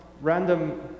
random